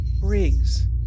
Briggs